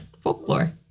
folklore